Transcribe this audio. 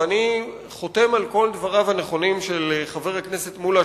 ואני חותם על כל דבריו הנכונים של חבר הכנסת מולה,